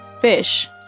fish